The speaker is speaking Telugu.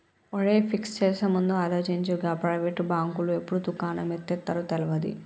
ఒరేయ్, ఫిక్స్ చేసేముందు ఆలోచించు, గా ప్రైవేటు బాంకులు ఎప్పుడు దుకాణం ఎత్తేత్తరో తెల్వది